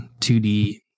2D